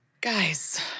Guys